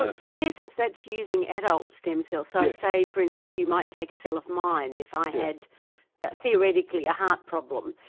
ah and so in essence, that's using adult stem cells, so say for instance you might take a cell of mine, if i had theoretically a heart problem,